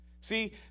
see